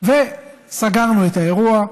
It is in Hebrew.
סגרנו את האירוע.